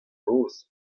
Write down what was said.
noz